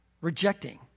rejecting